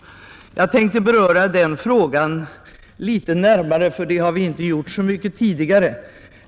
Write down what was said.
Jag tänkte beröra den senaste frågan litet närmare, eftersom vi inte gjort det så mycket tidigare.